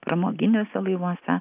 pramoginiuose laivuose